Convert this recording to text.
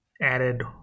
added